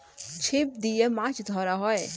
ছিপ দিয়ে মাছ ধরা হয়